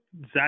Zach